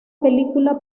película